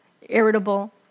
irritable